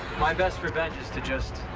my best revenge is to just.